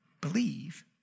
believe